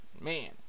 Man